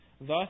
Thus